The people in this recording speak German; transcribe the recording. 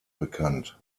bekannt